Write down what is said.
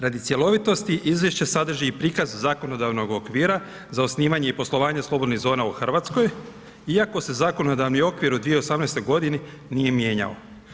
Radi cjelovitosti, izvješće sadrži i prikaz zakonodavnog okvira za osnivanje i poslovanje slobodnih zona u Hrvatskoj, iako se zakonodavni okvir u 2018. g. nije mijenjao.